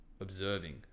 observing